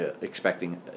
expecting